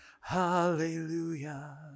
Hallelujah